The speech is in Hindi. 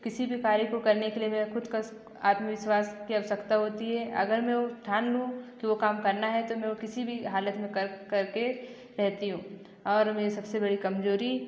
किसी भी कार्य को करने के लिए मेरा ख़ुद का आत्मविश्वास की आवश्यकता होती है अगर मैं ठान लूँ कि वो काम करना है तो मैं किसी भी हालत में कर कर के रहती हूँ और मेरी सब से बड़ी कमज़ोरी